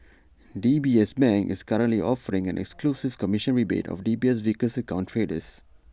D B S bank is currently offering an exclusive commission rebate for D B S Vickers account traders